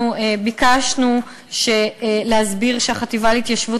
אנחנו ביקשנו להסביר שהחטיבה להתיישבות,